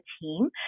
team